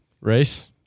Race